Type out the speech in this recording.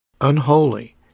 Unholy